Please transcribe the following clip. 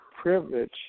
privilege